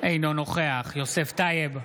אינו נוכח יוסף טייב,